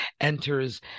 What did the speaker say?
enters